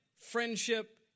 friendship